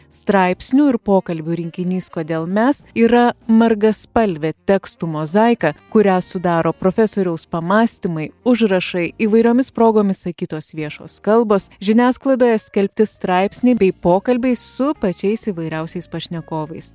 straipsnių ir pokalbių rinkinys kodėl mes yra margaspalvė tekstų mozaika kurią sudaro profesoriaus pamąstymai užrašai įvairiomis progomis sakytos viešos kalbos žiniasklaidoje skelbti straipsniai bei pokalbiai su pačiais įvairiausiais pašnekovais